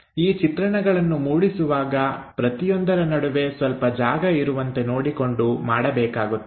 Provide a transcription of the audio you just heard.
ಈ ಚಿತ್ರಣಗಳನ್ನು ಮೂಡಿಸುವಾಗ ಪ್ರತಿಯೊಂದರ ನಡುವೆ ಸ್ವಲ್ಪ ಜಾಗ ಇರುವಂತೆ ನೋಡಿಕೊಂಡು ಮಾಡಬೇಕಾಗುತ್ತದೆ